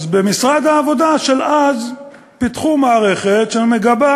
במשרד העבודה של אז פיתחו מערכת שמגבה